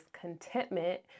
contentment